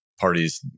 parties